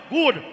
Good